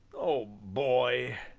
oh, boy!